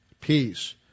peace